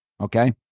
Okay